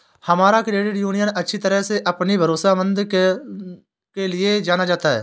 हमारा credit union अच्छी तरह से अपनी भरोसेमंदता के लिए जाना जाता है